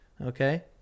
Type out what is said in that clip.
okay